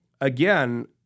again